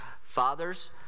Fathers